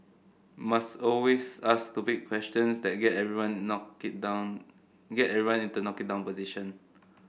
must always ask stupid questions that get everyone knock it down get everyone into knock it down position